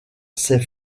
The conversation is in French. ses